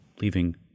leaving